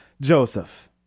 Joseph